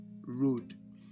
road